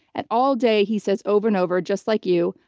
and all day he says over and over, just like you,